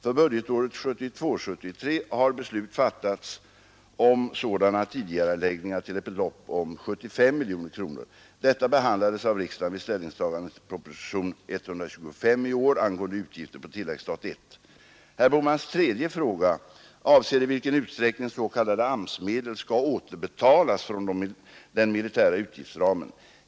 För budgetåret 1972/73 har beslut fattats om sådana tidigareläggningar till ett belopp av 75 miljoner kronor. Detta behandlades av riksdagen vid ställningstagande till propositionen 125 år 1972 angående utgifter på tilläggsstat I. Herr Bohmans tredje fråga avser i vilken utsträckning s.k. AMS-medel skall återbetalas från den militära utgiftsramen.